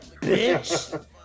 bitch